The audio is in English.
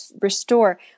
restore